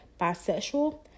bisexual